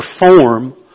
perform